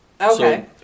Okay